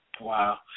Wow